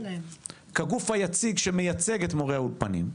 כגוף היציג שמייצג את מורי האולפנים,